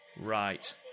Right